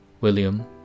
William